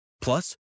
Plus